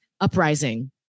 uprising